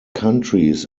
countries